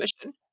mission